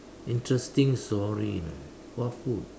interesting story you know what food